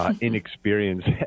inexperienced